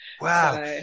wow